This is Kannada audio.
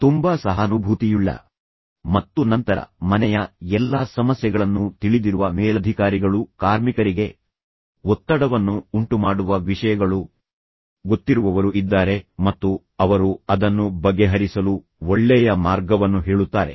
ತುಂಬಾ ಸಹಾನುಭೂತಿಯುಳ್ಳ ಮತ್ತು ನಂತರ ಮನೆಯ ಎಲ್ಲಾ ಸಮಸ್ಯೆಗಳನ್ನೂ ತಿಳಿದಿರುವ ಮೇಲಧಿಕಾರಿಗಳು ಕಾರ್ಮಿಕರಿಗೆ ಒತ್ತಡವನ್ನು ಉಂಟುಮಾಡುವ ವಿಷಯಗಳು ಗೊತ್ತಿರುವವರು ಇದ್ದಾರೆ ಮತ್ತು ಅವರು ಅದನ್ನು ಬಗೆಹರಿಸಲು ಒಳ್ಳೆಯ ಮಾರ್ಗವನ್ನು ಹೇಳುತ್ತಾರೆ